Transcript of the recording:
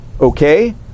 Okay